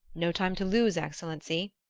no time to lose, excellency!